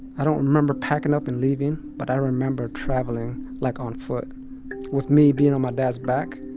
i don't remember packing up and leaving, but i remember traveling, like, on foot with me being on my dad's back.